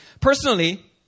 Personally